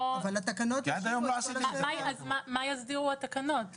אז מה יסדירו התקנות?